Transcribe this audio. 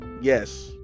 Yes